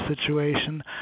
situation